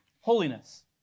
holiness